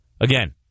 Again